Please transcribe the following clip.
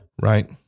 Right